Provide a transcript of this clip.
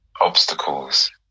obstacles